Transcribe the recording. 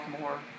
more